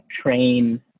train